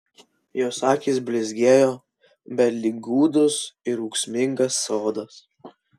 jos akys blizgėjo bet lyg gūdus ir ūksmingas sodas